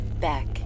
back